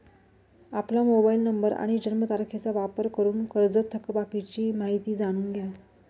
आपला mobile number आणि जन्मतारखेचा वापर करून कर्जत थकबाकीची माहिती जाणून घ्या